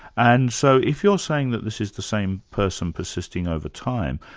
and so, if you're saying that this is the same person persisting over time,